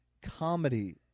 comedy